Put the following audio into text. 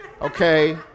okay